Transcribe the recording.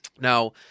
now